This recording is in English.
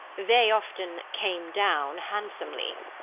they often came down handsomely,